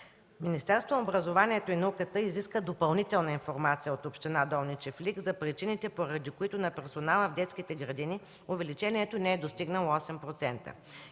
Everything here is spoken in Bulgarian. Министерството на образованието и науката изиска допълнителна информация от община Долен чифлик за причините, поради които на персонала в детските градини увеличението не е достигнало 8%.